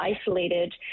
isolated